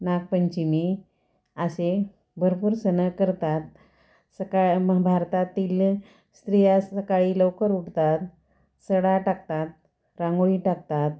नागपंचमी असे भरपूर सणं करतात सकाळ भारतातील स्त्रिया सकाळी लवकर उठतात सडा टाकतात रांगोळी टाकतात